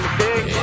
big